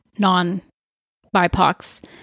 non-BIPOCs